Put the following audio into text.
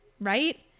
right